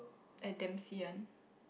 at Dempsey one